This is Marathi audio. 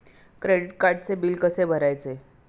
क्रेडिट कार्डचे बिल कसे भरायचे?